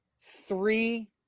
three